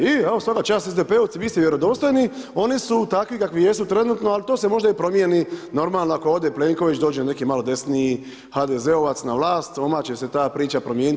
I evo svaka čast SDP-ovci, vi ste vjerodostojni, oni su takvi kakvi jesu trenutno ali to se možda i promijeni normalno ako ode Plenković, dođe neki malo desniji HDZ-ovac na vlast odmah će se ta priča promijenit.